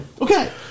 Okay